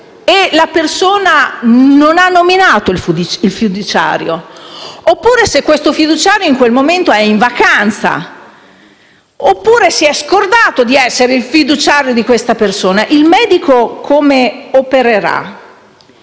la persona non ha nominato il fiduciario, oppure se questo fiduciario in quel momento è in vacanza, o si è scordato di essere il fiduciario di questa persona, il medico come opererà?